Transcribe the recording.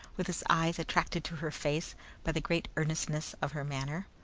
with his eyes attracted to her face by the great earnestness of her manner.